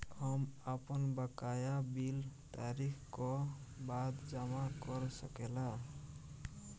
हम आपन बकाया बिल तारीख क बाद जमा कर सकेला?